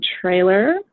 trailer